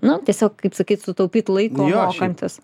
nu tiesiog kaip sakyt sutaupyt laiko mokantis